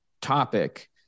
topic